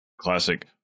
classic